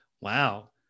Wow